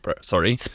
sorry